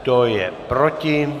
Kdo je proti?